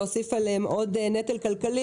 להוסיף עליהם עוד נטל כלכלי.